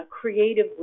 creatively